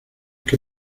que